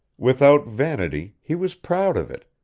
without vanity he was proud of it,